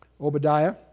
Obadiah